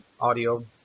audio